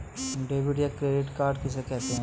Debit या credit card किसे कहते हैं?